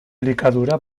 elikadura